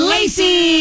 Lacey